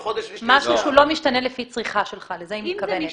משהו שלא משתנה לפי צריכה שלך, לזה היא מתכוונת.